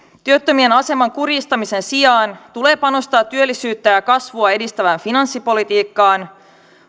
työttömien aseman kurjistamisen sijaan tulee panostaa työllisyyttä ja ja kasvua edistävään finanssipolitiikkaan